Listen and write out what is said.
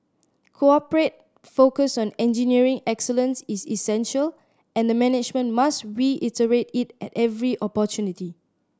corporate focus on engineering excellence is essential and the management must reiterate it at every opportunity